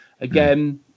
Again